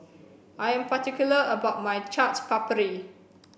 I'm particular about my Chaat Papri